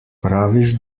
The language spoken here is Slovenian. praviš